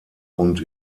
und